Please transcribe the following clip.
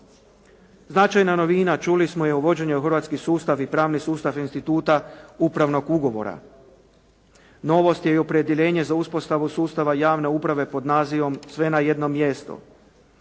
Značajna novina, čuli smo je uvođenje u hrvatski sustav i pravni sustav instituta upravnog ugovora. Novost je i opredjeljenje za uspostavu sustava javne uprave pod nazivom "Sve na jednom mjestu".